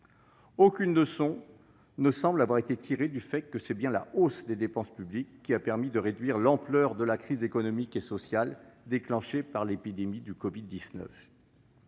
Aucune leçon ne semble avoir été tirée du fait que c'est bien la hausse des dépenses publiques qui a permis de réduire l'ampleur de la crise économique et sociale déclenchée par l'épidémie de la covid-19.